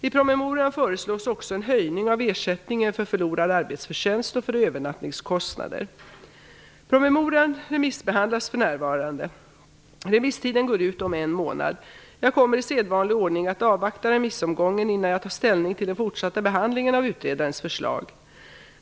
I promemorian föreslås också en höjning av ersättningen för förlorad arbetsförtjänst och för övernattningskostnad. Promemorian remissbehandlas för närvarande. Remisstiden går ut om en månad. Jag kommer i sedvanlig ordning att avvakta remissomgången innan jag tar ställning till den fortsatta behandlingen av utredarens förslag.